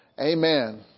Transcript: Amen